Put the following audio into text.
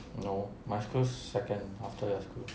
no my school second after your school